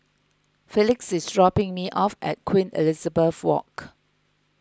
Felix is dropping me off at Queen Elizabeth Walk